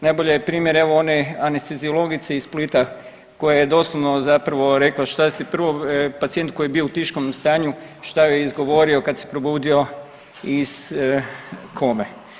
Najbolji je primjer evo one anesteziologice iz Splita koja je doslovno zapravo rekla što se prvo pacijent koji je bio u … stanju što joj je izgovorio kada se probudio iz kome.